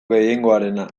gehiengoarena